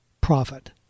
profit